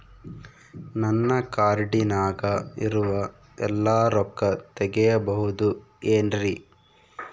ನನ್ನ ಕಾರ್ಡಿನಾಗ ಇರುವ ಎಲ್ಲಾ ರೊಕ್ಕ ತೆಗೆಯಬಹುದು ಏನ್ರಿ?